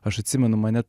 aš atsimenu mane